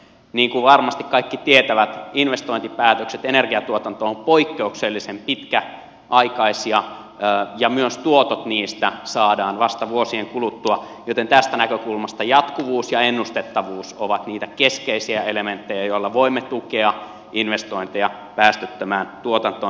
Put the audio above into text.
niin kuin varmasti kaikki tietävät investointipäätökset energiatuotantoon ovat poikkeuksellisen pitkäaikaisia ja myös tuotot niistä saadaan vasta vuosien kuluttua joten tästä näkökulmasta jatkuvuus ja ennustettavuus ovat niitä keskeisiä elementtejä joilla voimme tukea investointeja päästöttömään tuotantoon